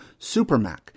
SuperMac